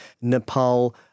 Nepal